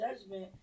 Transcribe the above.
judgment